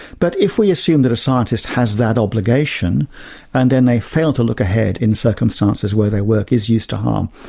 but if we assume that a scientist has that obligation and then they fail to look ahead in circumstances where their work is used to harm,